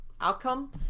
outcome